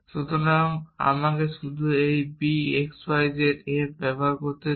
সুতরাং আমাকে শুধু এই b x y z f ব্যবহার করতে দিন